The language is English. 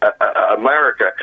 America